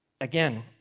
Again